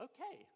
Okay